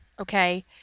okay